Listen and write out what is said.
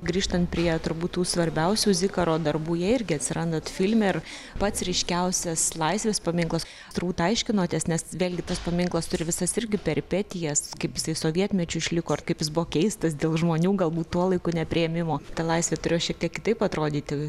grįžtant prie turbūt tų svarbiausių zikaro darbų jie irgi atsiranda filme ir pats ryškiausias laisvės paminklas turbūt aiškinotės nes vėlgi tas paminklas turi visas irgi peripetijas kaip jisai sovietmečiu išliko ir kaip jis buvo keistas dėl žmonių galbūt tuo laiku nepriėmimo ta laisvė turėjo šiek tiek kitaip atrodyti